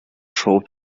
шел